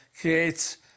creates